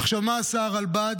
עכשיו, מה עשה הרלב"ד?